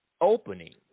opening